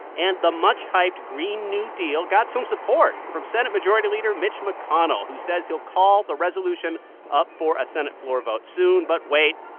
and the much-hyped green new deal got some support from senate majority leader mitch mcconnell, who says he'll call the resolution up for a senate floor vote soon. but wait.